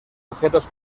objetos